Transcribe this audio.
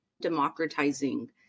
democratizing